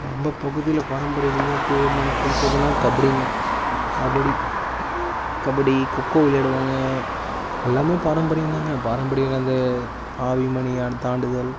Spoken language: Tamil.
நம்ம பகுதியில் பாரம்பரிய விளையாட்டு என்னன்னு சொல்றதுனால் கபடிங்க கபடி கபடி கோக்கோ விளையாடுவாங்க எல்லாமே பாரம்பரியம்தாங்க பாரம்பரியம் அந்த ஆவி மணியான் தாண்டுதல்